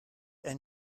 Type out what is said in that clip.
ein